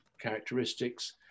characteristics